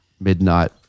midnight